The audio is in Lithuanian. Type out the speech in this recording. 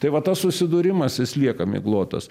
tai va tas susidūrimas jis lieka miglotas